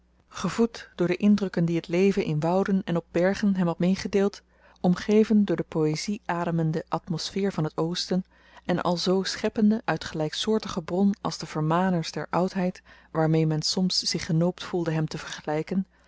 gevoed door de indrukken die t leven in wouden en op bergen hem had meegedeeld omgeven door de poëzie ademende atmosfeer van het oosten en alzoo scheppende uit gelyksoortige bron als de vermaners der oudheid waarmee men soms zich genoopt voelde hem te vergelyken